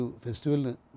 festival